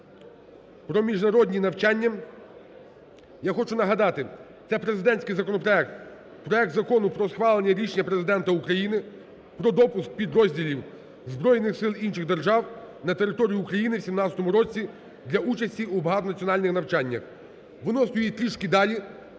про міжнародні навчання. Я хочу нагадати: це президентський законопроект. Проект Закону про схвалення рішення Президента України про допуск підрозділів збройних сил інших держав на територію України у 2017 році для участі у багатонаціональних навчаннях. Воно стоїть трішки далі,